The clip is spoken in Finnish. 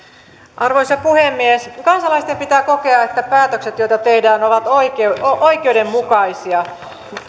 arvoisa puhemies kansalaisten pitää kokea että päätökset joita tehdään ovat oikeudenmukaisia